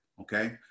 okay